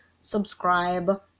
subscribe